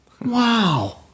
wow